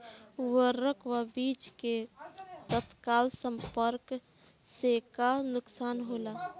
उर्वरक व बीज के तत्काल संपर्क से का नुकसान होला?